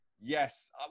Yes